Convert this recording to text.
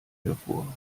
hervor